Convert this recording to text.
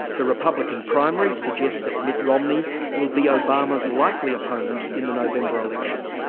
the republican primaries suggest that mitt romney will be obama's likely opponent in the november election.